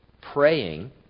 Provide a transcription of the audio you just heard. praying